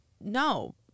no